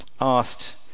asked